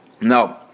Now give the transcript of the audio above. No